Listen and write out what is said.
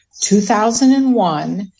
2001